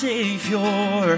Savior